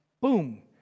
Boom